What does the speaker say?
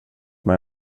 med